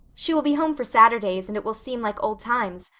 she will be home for saturdays and it will seem like old times,